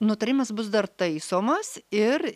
nutarimas bus dar taisomas ir